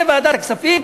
בוועדת הכספים,